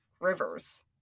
Rivers